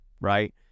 right